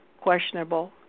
questionable